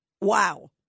Wow